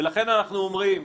ולכן אנחנו אומרים: